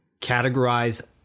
categorize